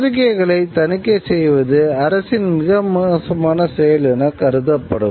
பத்திரிகைகளை தணிக்கை செய்வது அரசின் மிக மோசமான செயல் என கருதப்படும்